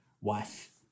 wife